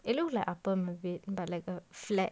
it looks like appam a bit but like a flat